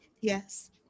yes